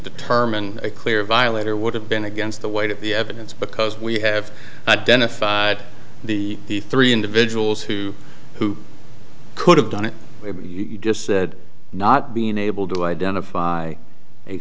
determine a clear violator would have been against the weight of the evidence because we have identified the the three individuals who who could have done it you just said not being able to identify a